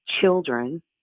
children